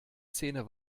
zähne